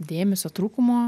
dėmesio trūkumo